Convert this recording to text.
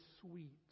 sweet